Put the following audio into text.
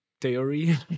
theory